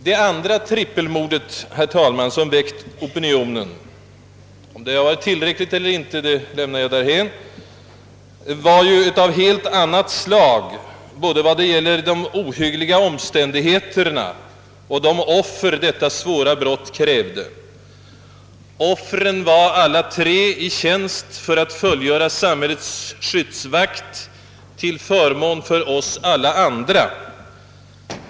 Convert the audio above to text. Det andra trippelmordet som väckt opinionen — om det varit tillräckligt eller inte kan jag just nu lämna därhän, då mordet så nyligen inträffat — var av ett helt annat slag vad gäller både de ohyggliga omständigheterna och de offer detta svåra brott krävde. Alla tre offren var i tjänst för att fullgöra skyddsvakt till förmån för oss alla andra.